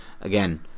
again